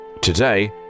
Today